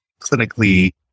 clinically